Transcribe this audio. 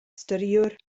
storïwr